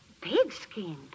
Pigskin